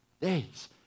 days